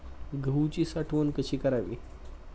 गहूची साठवण कशी करावी?